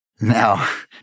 Now